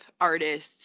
artists